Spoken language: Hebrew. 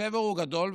השבר גדול,